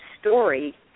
story